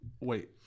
Wait